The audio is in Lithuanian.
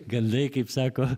gandai kaip sako